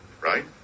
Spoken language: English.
Right